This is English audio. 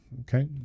Okay